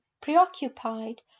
preoccupied